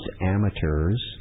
amateurs